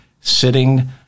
sitting